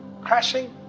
Crashing